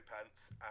Pants